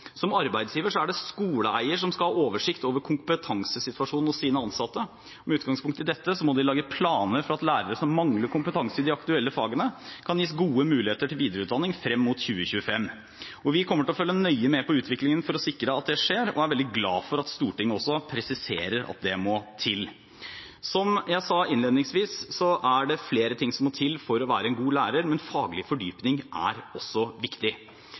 Som arbeidsgiver er det skoleeier som skal ha oversikt over kompetansesituasjonen hos sine ansatte. Med utgangspunkt i dette må de lage planer for at lærere som mangler kompetanse i de aktuelle fagene, kan gis gode muligheter til videreutdanning frem mot 2025. Vi kommer til å følge nøye med på utviklingen for å sikre at det skjer, og er veldig glad for at også Stortinget presiserer at det må til. Som jeg sa innledningsvis, er det flere ting som må til for å være en god lærer, men faglig fordypning er også viktig.